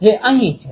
જે અહીં છે